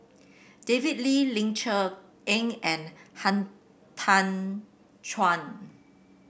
David Lee Ling Cher Eng and Han Tan Juan